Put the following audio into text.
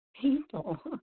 people